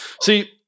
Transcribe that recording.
See